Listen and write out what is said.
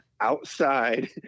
outside